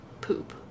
poop